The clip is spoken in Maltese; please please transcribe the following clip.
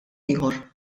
ieħor